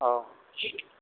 औ